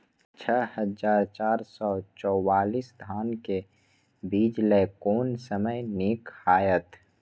छः हजार चार सौ चव्वालीस धान के बीज लय कोन समय निक हायत?